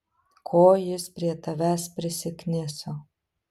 ko jis prie tavęs prisikniso